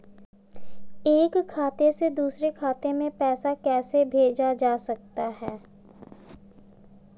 एक खाते से दूसरे खाते में पैसा कैसे भेजा जा सकता है?